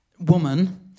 woman